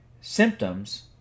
symptoms